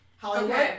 Hollywood